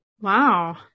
wow